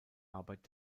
arbeit